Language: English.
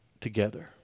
together